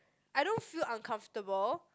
I don't feel uncomfortable